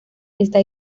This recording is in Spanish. este